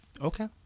Okay